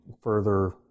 further